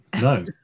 no